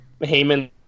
Heyman